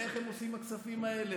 ואיך הם עושים עם הכספים האלה,